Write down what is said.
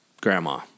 grandma